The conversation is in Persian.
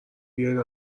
بیارین